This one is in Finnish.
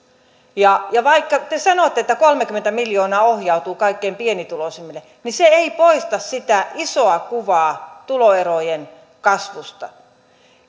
vaikka te sanotte että kolmekymmentä miljoonaa ohjautuu kaikkein pienituloisimmille niin se ei poista sitä isoa kuvaa tuloerojen kasvusta